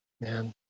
Man